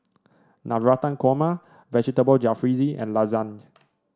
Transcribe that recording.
Navratan Korma Vegetable Jalfrezi and Lasagne